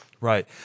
Right